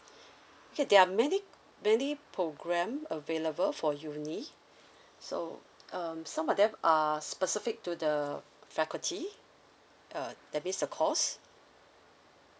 ya there are many many programme available for uni so um some of them are specific to the faculty uh that means the course